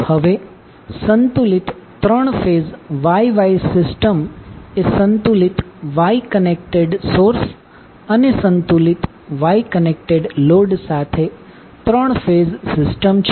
હવે સંતુલિત 3 phase Y Y system એ સંતુલિત Y કનેક્ટેડ સોર્સ અને સંતુલિત Y કનેક્ટેડ લોડ સાથે 3 ફેઝ સિસ્ટમ છે